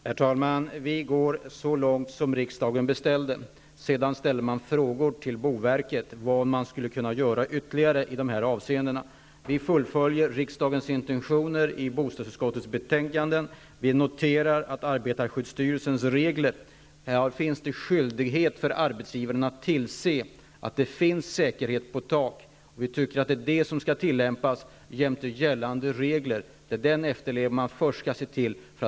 Herr talman! Vi går så långt som riksdagen har beställt. Sedan kan frågor ställas till boverket om vad som kan göras ytterligare i dessa avseenden. Vi fullföljer riksdagens intentioner såsom de framkommer i bostadsutskottets betänkanden. Vi noterar att det finns en skyldighet för arbetsgivarna att i enlighet med arbetarskyddsstyrelsens regler tillse att säkerheten på taken är tillfredsställande. Det är dessa gällande regler som skall tillämpas.